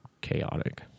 chaotic